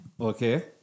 Okay